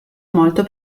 molto